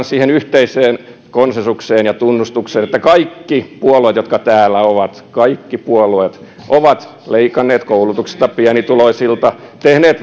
siihen yhteiseen konsensukseen ja tunnustukseen että kaikki puolueet jotka täällä ovat kaikki puolueet ovat leikanneet koulutuksesta pienituloisilta tehneet